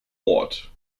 ort